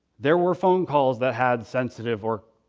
there were phone calls that had sensitive or